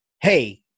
hey